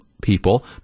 people